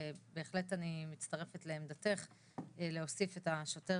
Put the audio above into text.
ובהחלט אני מצטרפת לעמדתך להוסיף את השוטר,